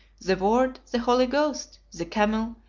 the word, the holy ghost, the camel,